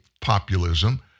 populism